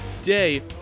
Today